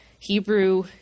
Hebrew